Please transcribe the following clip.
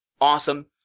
awesome